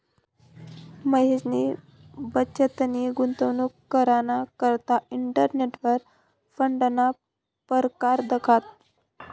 महेशनी बचतनी गुंतवणूक कराना करता इंटरनेटवर फंडना परकार दखात